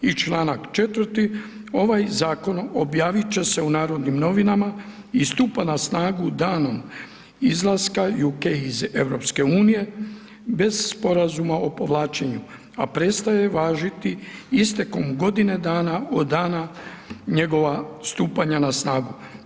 I čl. 4. ovaj zakon objaviti će se u Narodnim novinama i stupa na snagu danom izlaska UK iz EU, bez sporazuma o povlačenju, a prestaje važiti istekom godine dana od dana njegova stupanja na snagu.